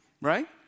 Right